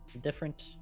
different